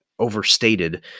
overstated